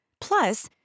Plus